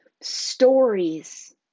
stories